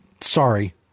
Sorry